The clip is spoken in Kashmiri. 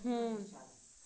ہوٗن